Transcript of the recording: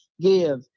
give